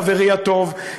חברי הטוב,